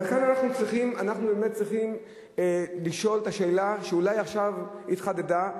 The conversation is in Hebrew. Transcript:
וכאן אנחנו צריכים לשאול את השאלה שאולי עכשיו התחדדה: